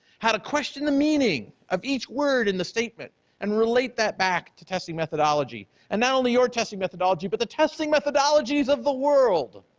how to question the meaning of each word in the statement and relate that back to testing methodology, and not only your testing methodology but the testing methodologies of the world,